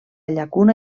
llacuna